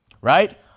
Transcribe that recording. right